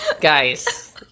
Guys